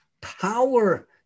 power